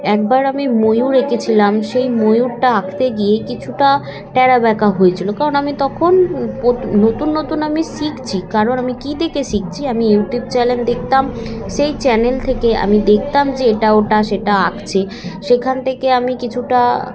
একবার আমি ময়ূর এঁকেছিলাম সেই ময়ূরটা আঁকতে গিয়ে কিছুটা ট্যাড়াাব্যাকা হয়েছিলো কারণ আমি তখন নতুন নতুন আমি শিখছি কারণ আমি কী দেখে শিখছি আমি ইউটিউব চ্যানেল দেখতাম সেই চ্যানেল থেকে আমি দেখতাম যে এটা ওটা সেটা আঁকছে সেখান থেকে আমি কিছুটা